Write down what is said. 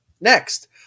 Next